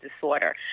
disorder